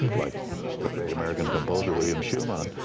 like the great american composer william schuman,